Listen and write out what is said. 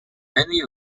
many